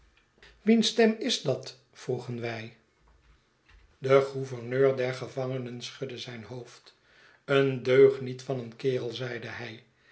wiens stem is dat vroegen wij degouverneur der gevangenen schudde zijn hoofd een deugniet van een kerel zeide hij